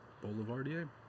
Boulevardier